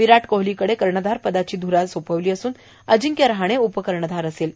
विराट कोहलीकडे कर्णधारपदाची ध्रा दिली असून अंजिक्य रहाणे उपकर्णधार असेल